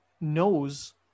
knows